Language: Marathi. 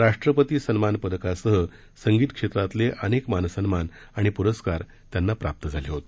राष्ट्रपती सन्मान पदकासह संगीत क्षेत्रातले अनेक मानसन्मान आणि प्रस्कार त्यांना प्राप्त झाले होते